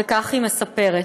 וכך היא מספרת,